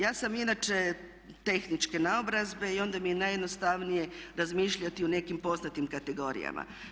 Ja sam inače tehničke naobrazbe i onda mi je najjednostavnije razmišljati u nekim poznatim kategorijama.